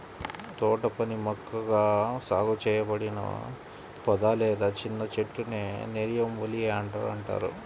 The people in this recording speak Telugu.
తోటపని మొక్కగా సాగు చేయబడిన పొద లేదా చిన్న చెట్టునే నెరియం ఒలియాండర్ అంటారు